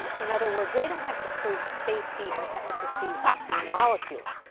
in other words they don't have to prove safety and efficacy of the molecule,